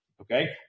Okay